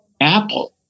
Apple